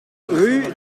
rue